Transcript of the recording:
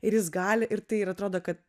ir jis gali ir tai ir atrodo kad